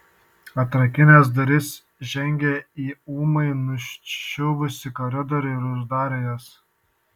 atrakinęs duris žengė į ūmai nuščiuvusį koridorių ir uždarė jas